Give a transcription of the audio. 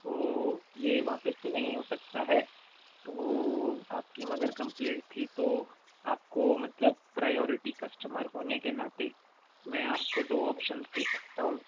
तो ये वापिस तो नहीं हो सकता है तो आपकी मगर कम्प्लेंट थी तो आपको मतलब प्रायोरिटी कस्टमर होने के नाते मैं आपको दो ऑप्शंस दे सकता हूँ